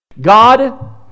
God